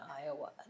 Iowa